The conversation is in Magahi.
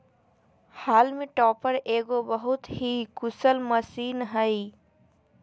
हॉल्म टॉपर एगो बहुत ही कुशल मशीन हइ